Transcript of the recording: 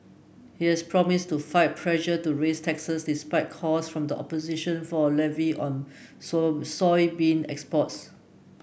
he has promised to fight pressure to raise taxes despite calls from the opposition for a levy on soybean exports